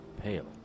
pale